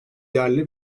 yerli